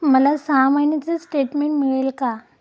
मला सहा महिन्यांचे स्टेटमेंट मिळेल का?